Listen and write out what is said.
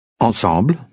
ensemble